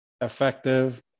effective